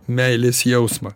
meilės jausmą